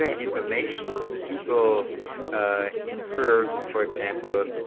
information people ah infer, for example,